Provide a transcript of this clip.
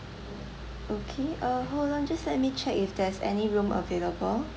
okay uh hold on just let me check if there's any room available